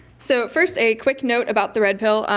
so, first a quick note about the red pill.